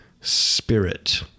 spirit